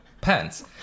pants